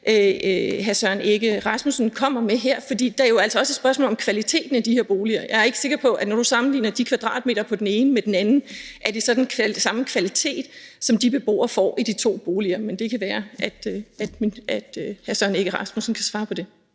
hr. Søren Egge Rasmussen kommer med her, for det er jo altså også et spørgsmål om kvaliteten af de her boliger. Jeg er ikke sikker på, at det, når du sammenligner den ene med den anden i forhold til kvadratmeter, så er den samme kvalitet, som de beboere får i de to boliger, men det kan være, at hr. Søren Egge Rasmussen kan svare på det.